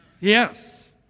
Yes